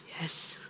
yes